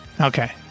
Okay